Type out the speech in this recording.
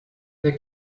der